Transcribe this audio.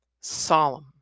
Solemn